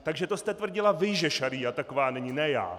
Takže to jste tvrdila vy, že šaría taková není, ne já.